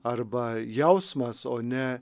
arba jausmas o ne